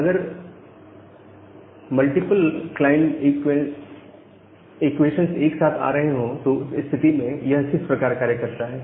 अगर multiple client equations एक साथ आ रहे हो तो उस स्थिति में यह किस प्रकार कार्य करता है